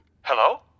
Hello